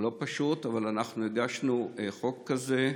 הוא לא פשוט, אבל אנחנו הגשנו חוק כזה,